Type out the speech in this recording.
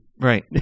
right